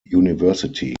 university